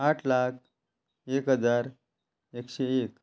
आठ लाख एक हजार एकशे एक